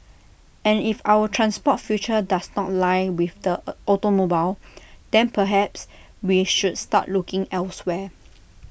and if our transport future does not lie with the A automobile then perhaps we should start looking elsewhere